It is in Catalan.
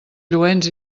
lluents